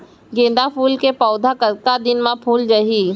गेंदा फूल के पौधा कतका दिन मा फुल जाही?